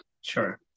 Sure